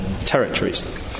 territories